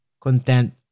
content